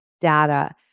data